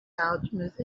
alchemist